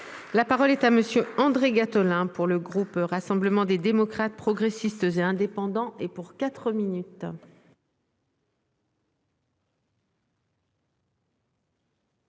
La parole est à monsieur André Gattolin pour le groupe Rassemblement des démocrates, progressistes et indépendants et pour quatre minutes.